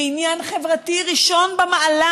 זה עניין חברתי ראשון במעלה.